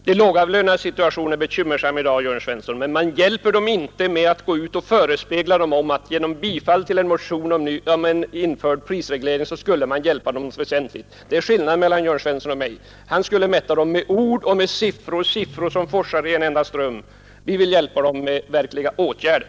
Herr talman! De lågavlönades situation är bekymmersam i dag, herr Jörn Svensson, men man hjälper dem inte med att gå ut och förespegla dem att ett bifall till en motion om införande av prisreglering skulle innebära en väsentlig lättnad. Skillnaden mellan herr Jörn Svensson och oss är att han vill hjälpa dem med ord och siffror, siffror som forsar i en enda ström, medan vi vill hjälpa dem med verkliga åtgärder.